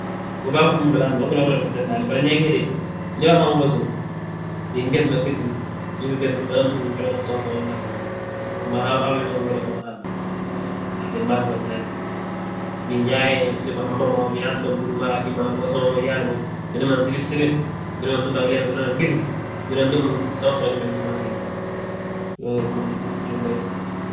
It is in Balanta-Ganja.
Mbo bâa bég gimbo bilaanti bége uginde bamada flote, bari ño héde, binɓéŧi ma ɓéŧini. Ndi biɓéŧi mo binan túm gjoraŋ gsonsoonji ma a hí ma ma, mbo habe bângi bà loti mo hando, a fiim bâan fo ndaani. Biyaaye, ndi bihab ma mo, biyaanti mo ɓúr ma a hí, biwosa ma mo añaan mo, binan ma sibirsibir. Bimanan túmi a gileer bimanan ɓéŧi, binan túm gsonsoonji ma bintúm a hí ma, wee binan meges ma.